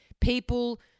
people